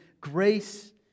grace